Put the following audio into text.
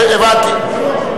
הבנתי.